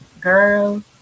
girl